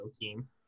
team